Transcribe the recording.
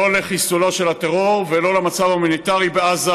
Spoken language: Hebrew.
לא מחיסולו של הטרור ולא מהמצב ההומניטרי בעזה.